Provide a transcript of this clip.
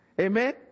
Amen